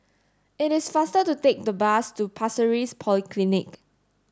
it is faster to take the bus to Pasir Ris Polyclinic